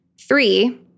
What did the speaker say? Three